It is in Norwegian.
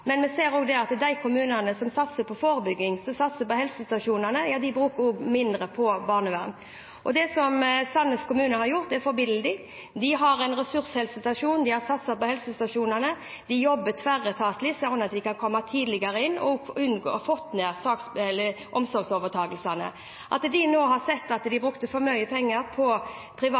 Men vi ser også at de kommunene som satser på forebygging, som satser på helsestasjonene, bruker mindre på barnevern. Og det som Sandnes kommune har gjort, er forbilledlig. De har en ressurshelsestasjon, de har satset på helsestasjonene, de jobber tverretatlig sånn at de kan komme tidligere inn og få ned antallet omsorgsovertakelser. De har nå sett at de brukte for mye penger på private aktører. Det at de